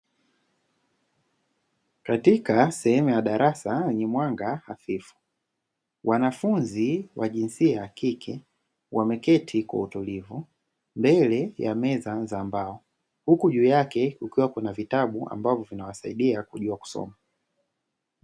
Katika sehemu ya darasa yenye mwanga hafifu, wanafunzi wa jinsia ya kike wameketi kwa utulivu mbele ya meza za mbao, huku juu yake kukiwa kuna vitabu ambavyo vinasaidia kujua kusoma.